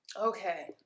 okay